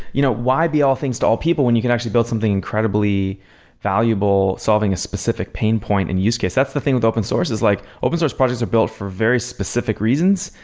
you know why be all things to all people when you can actually build something the incredibly valuable solving a specific pain point and use case? that's the thing with open source, is like open source projects are built for very specific reasons,